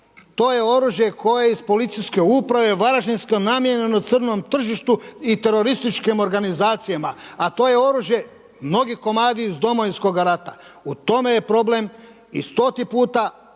To je oružje koje iz Policijske uprave Varaždinske namijenjeno crnom tržištu i terorističkim organizacijama. A to je oružje mnogi komadi iz Domovinskoga rata. U tome je problem i stoti puta, oružje